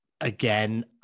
again